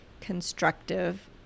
constructive